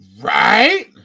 Right